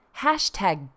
hashtag